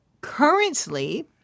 currently